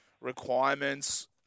requirements